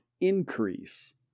increase